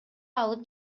алып